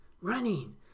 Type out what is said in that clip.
running